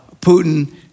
Putin